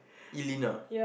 Elina